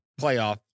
playoff